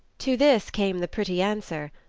to this came the pretty answer,